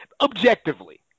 objectively